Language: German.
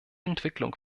entwicklung